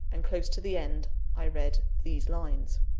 and close to the end, i read these lines